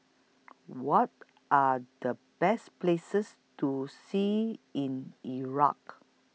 What Are The Best Places to See in Iraq